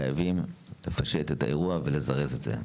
חייבים לפשט את האירוע ולזרז את זה.